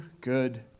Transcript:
good